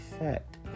effect